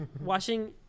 watching